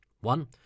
One